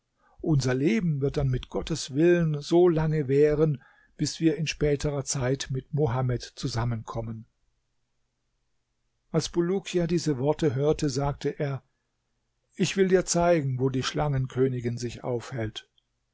unser leben wird dann mit gottes willen so lange währen bis wir in späterer zeit mit mohammed zusammenkommen als bulukia diese worte hörte sagte er ich will dir zeigen wo die schlangenkönigin sich aufhält